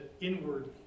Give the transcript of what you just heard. inward